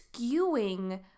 skewing